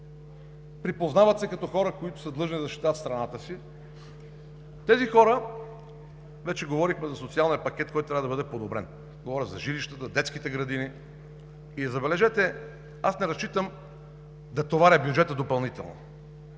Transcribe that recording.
припознават се като хора, които са длъжни да защитават страната си. Вече говорихме за социалния пакет, който трябва да бъде подобрен – говоря за жилищата, за детските градини. Забележете, аз не разчитам да товаря бюджета допълнително.